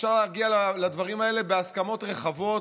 אפשר להגיע לדברים האלה בהסכמות רחבות.